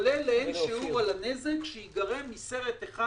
עולה לאין שיעור על הנזק שייגרם מסרט אחד